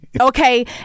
okay